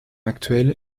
actuel